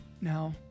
Now